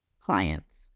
clients